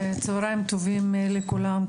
צוהריים טובים לכולם.